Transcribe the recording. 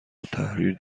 التحریر